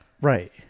Right